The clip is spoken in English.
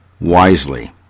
wisely